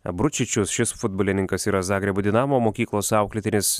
bručičius šis futbolininkas yra zagrebo dinamo mokyklos auklėtinis